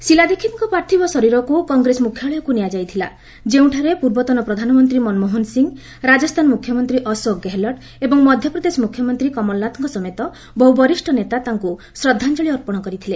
ଶିଲା ଦୀକ୍ଷିତ୍ଙ୍କ ପାର୍ଥିବ ଶରୀରକୁ କଂଗ୍ରେସ ମୁଖ୍ୟାଳୟକୁ ନିଆଯାଇଥିଲା ଯେଉଁଠାରେ ପୂର୍ବତନ ପ୍ରଧାନମନ୍ତ୍ରୀ ମନମୋହନ ସିଂହ ରାଜସ୍ଥାନ ମୁଖ୍ୟମନ୍ତ୍ରୀ ଅଶୋକ ଗେହଲଟ୍ ଏବଂ ମଧ୍ୟପ୍ରଦେଶ ମୁଖ୍ୟମନ୍ତ୍ରୀ କମଲନାଥଙ୍କ ସମେତ ବହୁ ବରିଷ୍ଠ ନେତା ତାଙ୍କୁ ଶ୍ରଦ୍ଧାଞ୍ଜଳି ଅର୍ପଣ କରିଥିଲେ